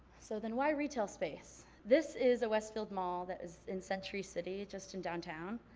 so then why retail space? this is a westfield mall that is in century city just in downtown.